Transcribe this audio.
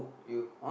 you